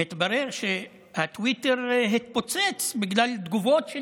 מתברר שהטוויטר התפוצץ בגלל תגובות של